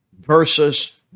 versus